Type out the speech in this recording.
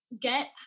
Get